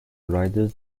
riders